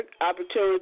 opportunities